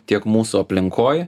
tiek mūsų aplinkoj